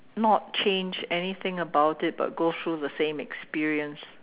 not change anything about it but go through the same experience